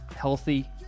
healthy